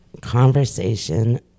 conversation